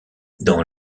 dans